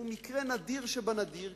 שהוא מקרה נדיר שבנדיר,